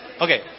Okay